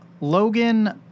Logan